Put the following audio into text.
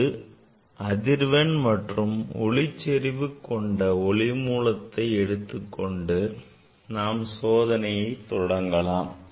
ஒருஅதிர்வெண் மற்றும் ஒளி செறிவு கொண்ட ஒளி மூலத்தை எடுத்துக் கொண்டு நாம் சோதனையை செய்யலாம்